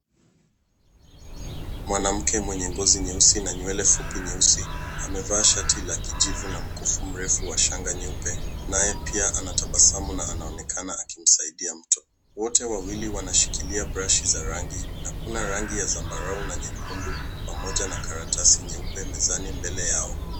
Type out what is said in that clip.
Mwanamke kwenye ngozi nyeusi na nywele fupi nyeusi amevaa shati la kijivu na mkufu mrefu wa shanga nyeupe, naye pia anatabasamu na anaonekana akimsaidia mtoto. Wote wawili wanashikilia brashi za rangi na kuna rangi ya zambarau na nyekundu pamoja na karatasi nyeupe mezani mbele yao.